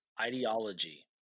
ideology